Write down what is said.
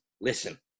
listen